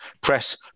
press